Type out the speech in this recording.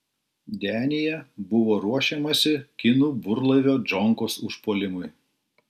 denyje buvo ruošiamasi kinų burlaivio džonkos užpuolimui